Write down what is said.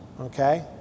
okay